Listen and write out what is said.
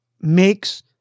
makes